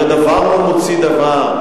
הרי דבר לא מוציא דבר.